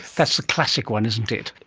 that's the classic one, isn't it.